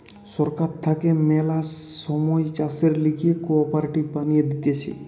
সরকার থাকে ম্যালা সময় চাষের লিগে কোঅপারেটিভ বানিয়ে দিতেছে